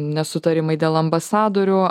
nesutarimai dėl ambasadorių